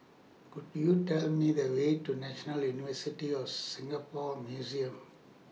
Could YOU Tell Me The Way to National University of Singapore Museums